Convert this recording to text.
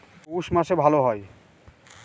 পৌষ মাসে ভালো হয়?